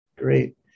great